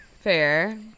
Fair